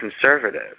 conservative